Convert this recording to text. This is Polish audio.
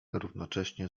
równocześnie